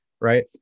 right